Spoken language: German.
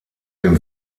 dem